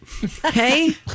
Hey